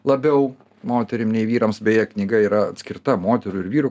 labiau moterim nei vyrams beje knyga yra skirta moterų ir vyrų